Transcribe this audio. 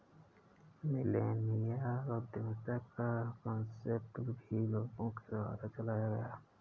millennial उद्यमिता का concept भी लोगों के द्वारा चलाया गया है